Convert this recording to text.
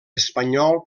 espanyol